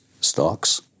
stocks